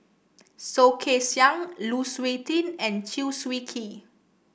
Soh Kay Siang Lu Suitin and Chew Swee Kee